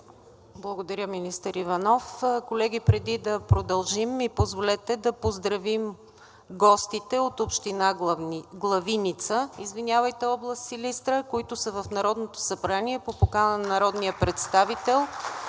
Благодаря, министър Иванов. Колеги, преди да продължим, ми позволете да поздравим гостите от община Главиница, област Силистра, които са в Народното събрание по покана на народния представител